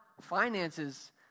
finances